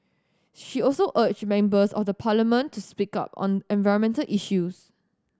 she also urged members of the Parliament to speak up on environment issues